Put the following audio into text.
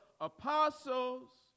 apostles